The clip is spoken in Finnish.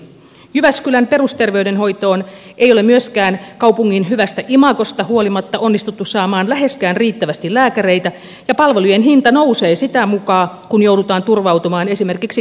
jyväskylän perusterveydenhoitoon ei ole myöskään kaupungin hyvästä imagosta huolimatta onnistuttu saamaan läheskään riittävästi lääkäreitä ja palvelujen hinta nousee sitä mukaa kuin joudutaan turvautumaan esimerkiksi keikkalääkäreihin